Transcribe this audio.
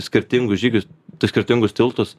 skirtingus žygius du skirtingus tiltus